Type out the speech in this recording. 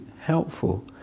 helpful